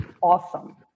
awesome